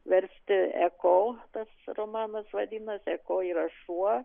versti eko tas romanas vadinasi eko yra šuo